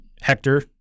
Hector